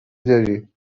داری